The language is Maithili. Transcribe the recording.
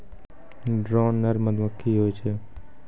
ड्रोन नर मधुमक्खी होय छै